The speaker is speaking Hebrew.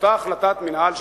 אותה החלטת מינהל,